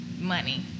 money